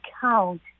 count